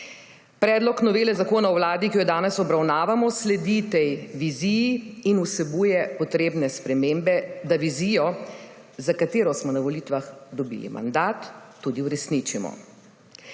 Predlog novele Zakona o vladi, ki jo danes obravnavamo, sledi tej viziji in vsebuje potrebne spremembe, da vizijo, za katero smo na volitvah dobili mandat, tudi uresničimo.